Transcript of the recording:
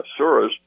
surahs